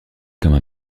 comme